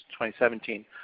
2017